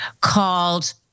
called